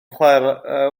chwarae